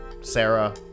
Sarah